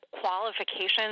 qualifications